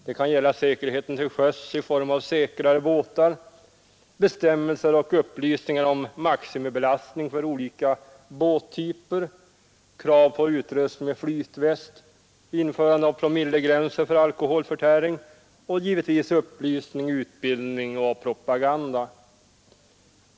Det kan gälla säkerheten till sjöss i form av säkrare båtar, bestämmelser och upplysningar om maximibelastning för olika båttyper, krav på utrustning med flytväst, införande av promillegränser för alkoholförtäring och givetvis upplysning, utbildning och propaganda.